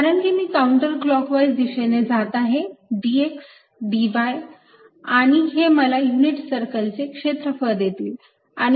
कारण कि मी काऊंटर क्लॉकवाईज दिशेने जात आहे dx dy आणि हे मला युनिट सर्कलचे क्षेत्रफळ देतील